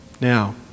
now